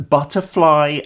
Butterfly